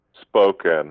spoken